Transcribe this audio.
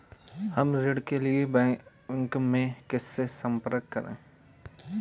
हम ऋण के लिए बैंक में किससे संपर्क कर सकते हैं?